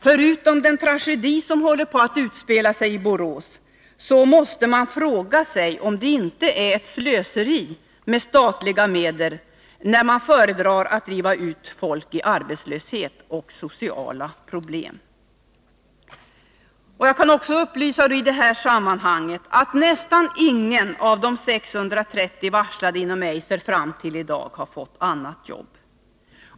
Förutom den tragedi som håller på att utspela sig i Borås måste man fråga om det inte är slöseri med statliga medel, när man från det hållet föredrar att driva ut folk i arbetslöshet och sociala problem. Jag kan i sammanhanget också upplysa om att nästan inga av de 630 varslade inom Eiser fram till i dag har fått annat jobb.